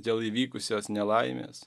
dėl įvykusios nelaimės